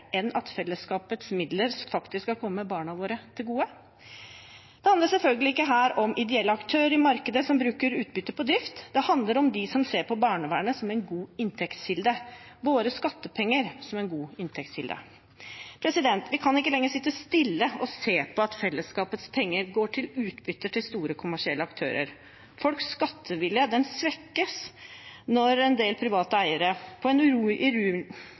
enn at fellesskapets midler faktisk kommer barna våre til gode? Det handler selvfølgelig ikke her om ideelle aktører i markedet som bruker utbyttet på drift. Det handler om dem som ser på barnevernet som en god inntektskilde – våre skattepenger som en god inntektskilde. Vi kan ikke lenger sitte stille og se på at fellesskapets penger går til utbytte til store kommersielle aktører. Folks skattevilje svekkes når en del private eiere på en urimelig måte beriker seg i